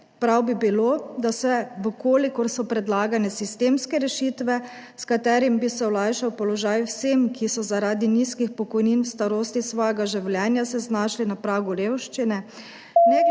Prav bi bilo, da se, če so predlagane sistemske rešitve, s katerimi bi se olajšal položaj vsem, ki so se zaradi nizkih pokojnin v starosti svojega življenja znašli na pragu revščine,